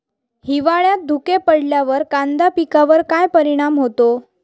हिवाळ्यात धुके पडल्यावर कांदा पिकावर काय परिणाम होतो?